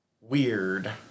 weird